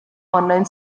online